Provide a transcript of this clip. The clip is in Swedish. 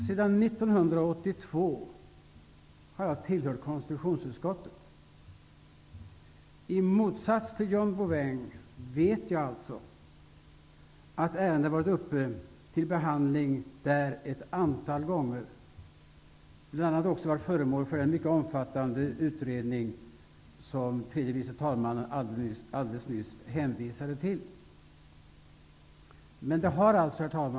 Sedan 1982 har jag tillhört konstitutionsutskottet. I motsats till John Bouvin vet jag alltså att ärendet har varit uppe till behandling där vid ett flertal tillfällen. Det har bl.a. varit föremål för en mycket omfattande utredning, som tredje vice talmannen nyss hänvisade till.